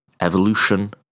evolution